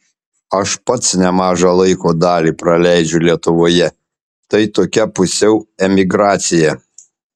aš pats nemažą laiko dalį praleidžiu lietuvoje tai tokia pusiau emigracija